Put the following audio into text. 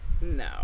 No